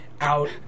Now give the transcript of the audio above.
out